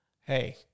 hey